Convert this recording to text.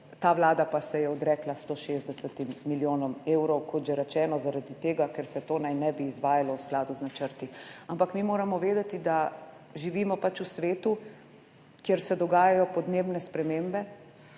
ta vlada pa se je odrekla 160 milijonom evrov, kot že rečeno, zaradi tega, ker se to naj ne bi izvajalo v skladu z načrti. Ampak mi moramo vedeti, da živimo pač v svetu, kjer se dogajajo podnebne spremembe